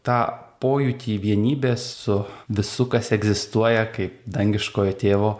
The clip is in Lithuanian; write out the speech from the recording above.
tą pojūtį vienybės su visu kas egzistuoja kaip dangiškojo tėvo